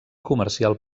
comercial